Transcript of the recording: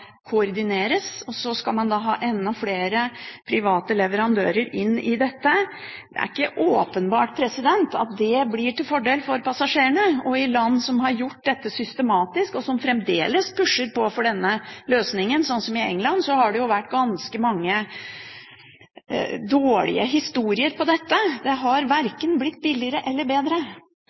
koordineres, og så skal man ha enda flere private leverandører inn i dette. Det er ikke åpenbart at det blir til fordel for passasjerene. I land som har gjort dette systematisk, og som fremdeles pusher på for denne løsningen, slik som i England, har det vært ganske mange dårlige historier når det gjelder dette. Det har verken blitt billigere eller bedre.